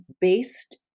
based